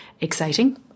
exciting